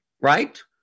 right